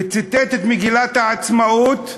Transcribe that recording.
וציטט את מגילת העצמאות,